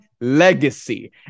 Legacy